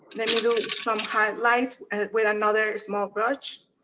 then we'll do some highlights with another small brush.